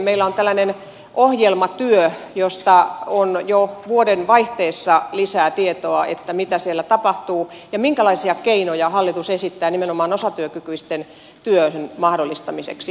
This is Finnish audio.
meillä on tällainen ohjelmatyö josta on jo vuodenvaihteessa lisää tietoa mitä siellä tapahtuu ja minkälaisia keinoja hallitus esittää nimenomaan osatyökykyisten työn mahdollistamiseksi